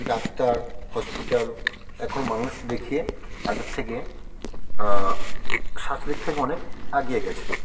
doctor hospital এখন মানুষ দেখিয়ে আগের থেকে স্বাস্থ্যের দিক থেকে অনেক এগিয়ে গেছে